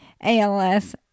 ALS